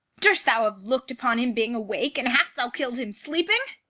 durst thou have look'd upon him being awake, and hast thou kill'd him sleeping?